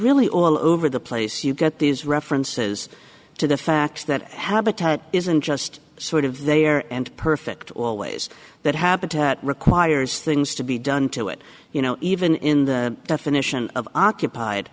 really all over the place you get these references to the fact that habitat isn't just sort of there and perfect always that habitat requires things to be done to it you know even in the definition of occupied